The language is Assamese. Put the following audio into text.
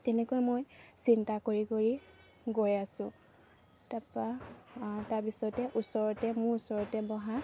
তেনেকৈ মই চিন্তা কৰি কৰি গৈ আছোঁ তাৰপা তাৰপিছতে ওচৰতে মোৰ ওচৰতে বহা